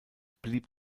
blieb